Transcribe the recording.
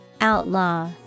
Outlaw